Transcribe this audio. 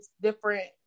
different